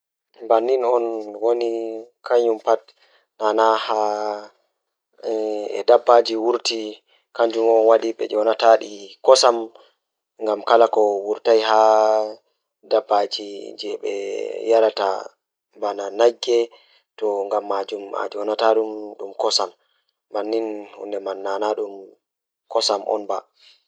Ko ɗiɗen e mon ngoo wi'ude loowdi soya e loowdi bareti waɗa laatnude ngal innde loowdi, kaɗon ko rewte woni. Loowdi soya e loowdi bareti ko ɗuum ɓe waɗirataa tan e coɗɗinɗe yiɗiiɗe, kono jaango miɗo faamude dow o ɓuri waɗugo aada rewbhe maggoyde. Mbele loowdi tan fow nduɗon waɗiraa cewndoo suusiiɗe e mbeewa, o wataa dey tefnude ngam fowru waɗugol e loowdi plantaaɗe.